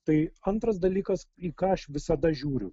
tai antras dalykas į ką aš visada žiūriu